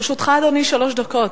לרשותך, אדוני, שלוש דקות.